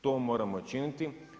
To moramo činiti.